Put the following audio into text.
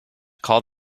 call